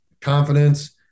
confidence